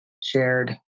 shared